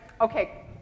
okay